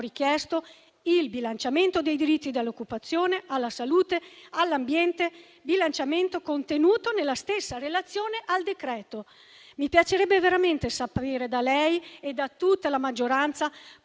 richiesto il bilanciamento dei diritti, dall'occupazione alla salute all'ambiente, bilanciamento contenuto nella stessa relazione al decreto. Mi piacerebbe veramente sapere da lei e da tutta la maggioranza